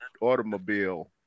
automobile